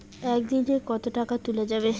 একদিন এ কতো টাকা তুলা যাবে?